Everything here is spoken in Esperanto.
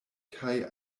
kaj